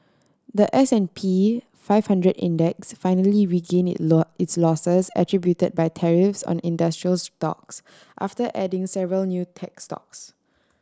the S and P five hundred Index finally regain its losses attributed by tariffs on industrials stocks after adding several new tech stocks